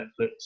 Netflix